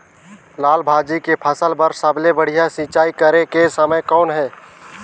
लाल भाजी के फसल बर सबले बढ़िया सिंचाई करे के समय कौन हे?